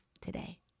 today